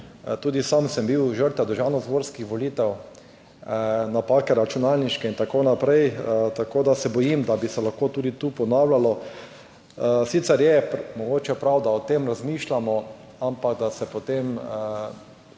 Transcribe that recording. Tudi sam sem bil žrtev državnozborskih volitev, računalniške napake in tako naprej. Tako da se bojim, da bi se lahko tudi tu ponavljalo. Sicer je mogoče prav, da o tem razmišljamo, ampak da potem vzpostavimo